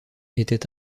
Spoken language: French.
était